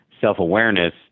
self-awareness